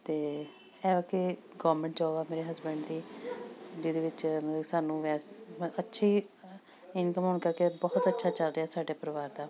ਅਤੇ ਕਿ government job ਹੈ ਮੇਰੇ ਹਸਬੈਂਡ ਦੀ ਜਿਹਦੇ ਵਿੱਚ ਸਾਨੂੰ ਅੱਛੀ ਇਨਕਮ ਹੋਣ ਕਰਕੇ ਬਹੁਤ ਅੱਛਾ ਚੱਲ ਰਿਹਾ ਸਾਡੇ ਪਰਿਵਾਰ ਦਾ